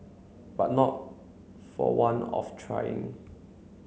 but not for want of trying